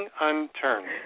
unturned